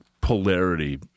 polarity